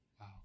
wow